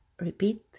repeat